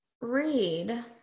read